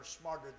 smarter